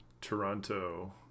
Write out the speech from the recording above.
Toronto